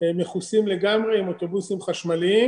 מכוסים לגמרי עם אוטובוסים חשמליים.